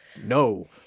no